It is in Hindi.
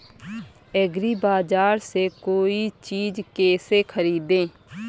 एग्रीबाजार से कोई चीज केसे खरीदें?